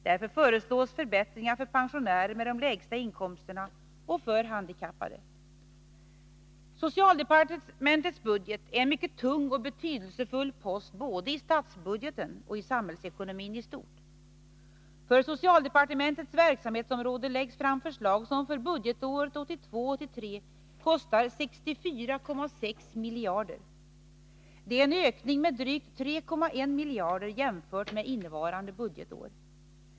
Därför föreslås förbättringar för pensionärer med de lägsta inkomsterna och för handikappade. Socialdepartementets budget är en mycket tung och betydelsefull post både i statsbudgeten och i samhällsekonomin i stort. För socialdepartementets verksamhetsområde läggs fram förslag som för budgetåret 1982/83 kostar 64,6 miljarder. Det är en ökning med drygt 3,1 miljarder jämfört med innevarande budgetår.